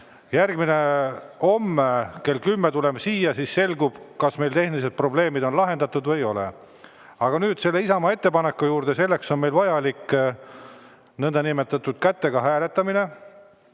ära. Homme kell 10 tuleme siia, siis selgub, kas meil tehnilised probleemid on lahendatud või ei ole. Aga nüüd selle Isamaa ettepaneku juurde. Selleks on meil vajalik nõndanimetatud käega hääletamine.